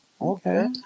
Okay